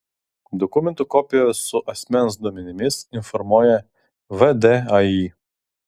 dokumentų kopijos su asmens duomenimis informuoja vdai